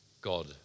God